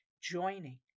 joining